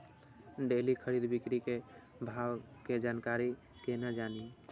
Daily खरीद बिक्री के भाव के जानकारी केना जानी?